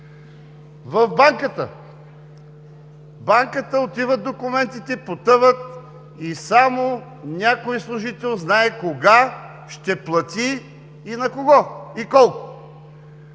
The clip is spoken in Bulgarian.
В Банката – отиват документите, потъват и само някой служител знае кога ще плати и на кого, и колко.